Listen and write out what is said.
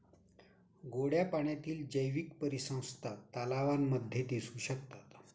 गोड्या पाण्यातील जैवीक परिसंस्था तलावांमध्ये दिसू शकतात